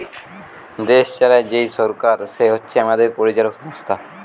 দেশ চালায় যেই সরকার সে হচ্ছে আমাদের পরিচালক সংস্থা